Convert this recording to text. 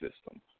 system